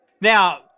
Now